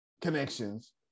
Connections